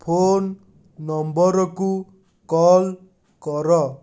phone ନମ୍ବର୍କୁ call କର